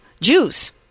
Jews